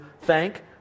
thank